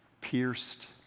pierced